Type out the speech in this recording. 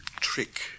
trick